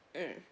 mm